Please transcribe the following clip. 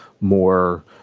more